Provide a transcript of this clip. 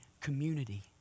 community